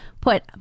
put